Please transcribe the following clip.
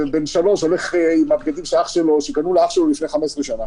-- בן השלוש הולך עם הבגדים שקנו לאח שלו לפני 15 שנה.